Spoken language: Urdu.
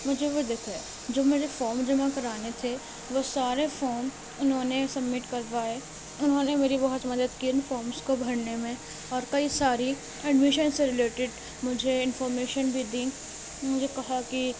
مجھے وہ دِکھے جو میرے فام جمع کرانے تھے وہ سارے فام اُنہوں نے سبمٹ کروائے اُنہوں نے میری بہت مدد کی اُن فامس کو بھرنے میں اور کئی ساری ایڈمیشن سے ریلیٹڈ مجھے انفامیشن بھی دیں مجھے کہا کہ